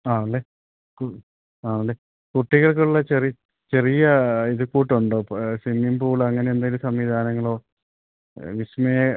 ആണല്ലേ ആണല്ലേ കുട്ടികൾക്കുള്ള ചെറിയ ചെറിയ ഇതുക്കൂട്ടുണ്ടോ സ്വിമ്മിങ് പൂൾ അങ്ങനെ എന്തെങ്കിലും സംവിധാനങ്ങളോ വിസ്മയ